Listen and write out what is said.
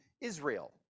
Israel